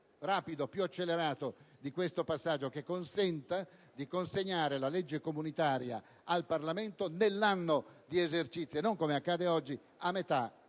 più accelerato di questo passaggio, che consenta di consegnare la legge comunitaria al Parlamento nell'anno di esercizio e non, come accade oggi, a metà